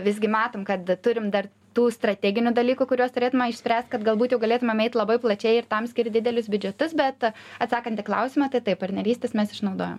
visgi matom kad turim dar tų strateginių dalykų kuriuos turėtume išspręst kad galbūt jau galėtumėm eit labai plačiai ir tam skirt didelius biudžetus bet atsakant į klausimą tai taip partnerystes mes išnaudojam